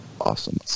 Awesome